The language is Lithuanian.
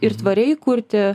ir tvariai kurti